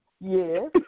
Yes